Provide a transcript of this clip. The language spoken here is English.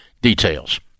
details